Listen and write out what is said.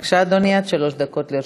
בבקשה, אדוני, עד שלוש דקות לרשותך.